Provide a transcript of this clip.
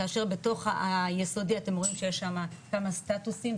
כאשר בתוך היסודי אתם רואים שיש שם כמה סטאטוסים,